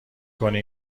کنی